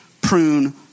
prune